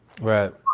Right